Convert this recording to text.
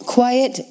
Quiet